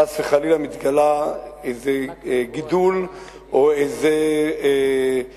חס וחלילה מתגלה איזה גידול או זיהום,